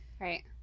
Right